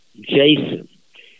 Jason